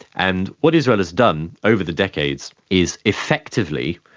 and what israel has done over the decades is effectively,